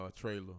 trailer